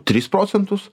tris procentus